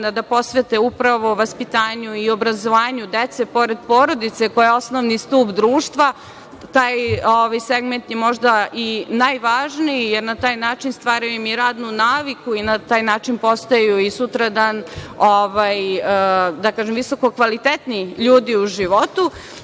da posvete upravo vaspitanju i obrazovanju dece, pored porodice koja je osnovni stub društva. Taj segment je možda i najvažniji, jer na taj način im stvaraju i radnu naviku i postaju visokokvalitetni ljudi u životu. Tako